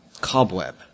cobweb